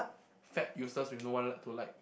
fat useless with no one like to like